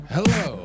Hello